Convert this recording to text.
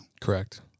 Correct